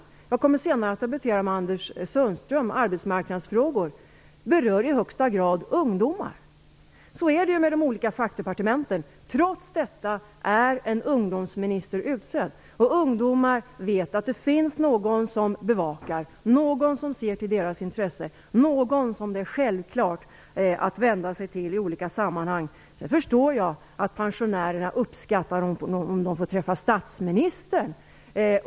Också arbetsmarknadsfrågor, som jag senare kommer att debattera med Anders Sundström, berör i högsta grad ungdomar. Så är det ju med de olika fackdepartementen - trots detta är en ungdomsminister utsedd. Ungdomar vet att det finns någon som bevakar och ser till deras intressen, någon som det är självklart att vända sig till i olika sammanhang. Jag förstår att pensionärerna uppskattar att få träffa statsministern.